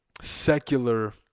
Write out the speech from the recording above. secular